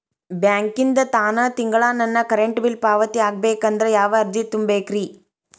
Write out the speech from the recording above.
ಬ್ಯಾಂಕಿಂದ ತಾನ ತಿಂಗಳಾ ನನ್ನ ಕರೆಂಟ್ ಬಿಲ್ ಪಾವತಿ ಆಗ್ಬೇಕಂದ್ರ ಯಾವ ಅರ್ಜಿ ತುಂಬೇಕ್ರಿ?